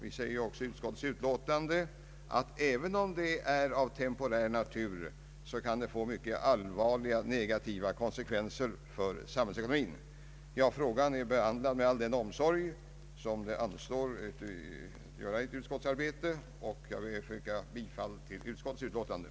I utskottsutlåtandet sägs också att även om ett prisoch lönestopp är av temporär natur, kan det få allvarliga negativa konsekvenser för samhällsekonomin. Ärendet är behandlat med all den omsorg som det anstår ett utskott i dess arbete. Jag ber att få yrka bifall till utskottets hemställan.